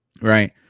Right